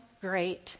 great